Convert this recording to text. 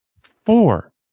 four